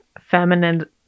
feminine